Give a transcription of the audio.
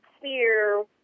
clear